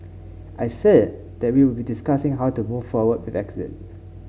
I said that we would be discussing how to move forward with exit